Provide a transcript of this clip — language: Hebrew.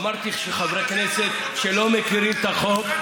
אמרתי שיש חברי כנסת שלא מכירים את החוק,